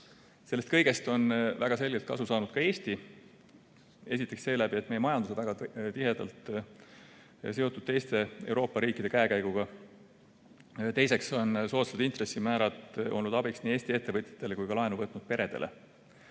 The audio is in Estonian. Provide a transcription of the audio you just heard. Sellest kõigest on väga selgelt kasu saanud ka Eesti. Esiteks seeläbi, et meie majandus on väga tihedalt seotud teiste Euroopa riikide käekäiguga. Teiseks on soodsad intressimäärad olnud abiks nii Eesti ettevõtjatele kui ka laenu võtnud peredele.